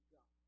God